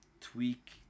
tweak